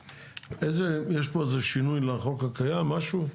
איזה, יש פה איזה שינוי לחוק הקיים, משהו?